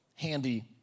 handy